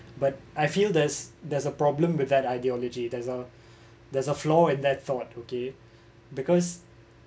but I feel there's there's a problem with that ideology there's a there's a flaw in that thought okay because